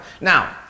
Now